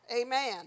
Amen